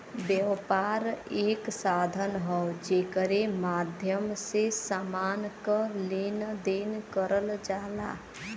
व्यापार एक साधन हौ जेकरे माध्यम से समान क लेन देन करल जाला